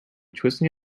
twisting